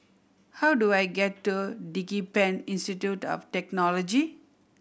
how do I get to DigiPen Institute of Technology